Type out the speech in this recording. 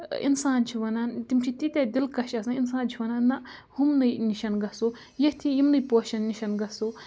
اِنسان چھِ وَنان تِم چھِ تیٖتیٛاہ دِلکَش آسان اِنسان چھِ وَنان نہ ہُمنٕے نِش گژھو ییٚتھی یِمنٕے پوشَن نِش گژھو